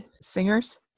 singers